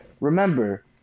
Remember